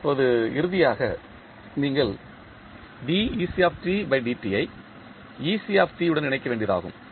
இப்போது இறுதியாக நீங்கள் ஐ உடன் இணைக்க வேண்டியது ஆகும்